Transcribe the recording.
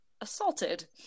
assaulted